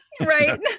Right